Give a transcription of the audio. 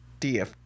DF